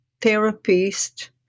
therapist